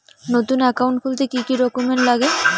নতুন একাউন্ট খুলতে কি কি ডকুমেন্ট লাগে?